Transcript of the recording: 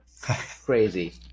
crazy